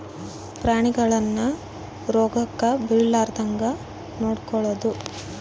ಪ್ರಾಣಿಗಳನ್ನ ರೋಗಕ್ಕ ಬಿಳಾರ್ದಂಗ ನೊಡಕೊಳದು